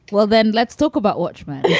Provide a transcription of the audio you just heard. well, then let's talk about watchmen.